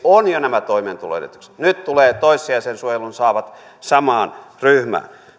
on jo nämä toimeentuloedellytykset nyt tulevat toissijaisen suojelun saavat samaan ryhmään